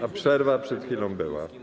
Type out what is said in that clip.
A przerwa przed chwilą była.